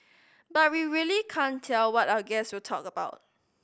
but we really can't tell what our guest will talk about